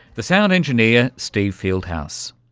the sound engineer steve fieldhouse.